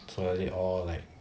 so are they all like